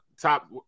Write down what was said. top